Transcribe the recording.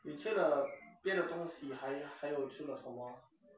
你去了别的东西还还有吃了什么